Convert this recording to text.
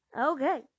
Okay